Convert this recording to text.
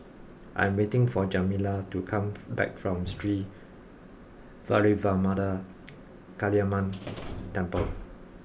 I am waiting for Jamila to come back from Sri Vairavimada Kaliamman Temple